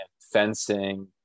fencing